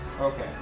Okay